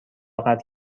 قطع